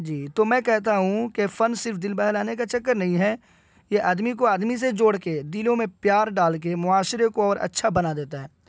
جی تو میں کہتا ہوں کہ فن صرف دل بہلانے کا چکر نہیں ہے یہ آدمی کو آدمی سے جوڑ کے دلوں میں پیار ڈال کے معاشرے کو اور اچھا بنا دیتا ہے